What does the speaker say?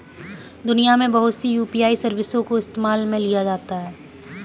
दुनिया में बहुत सी यू.पी.आई सर्विसों को इस्तेमाल में लाया जाता है